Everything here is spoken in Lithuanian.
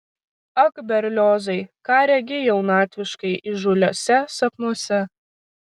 ak berliozai ką regi jaunatviškai įžūliuose sapnuose